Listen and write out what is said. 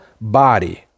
body